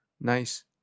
Nice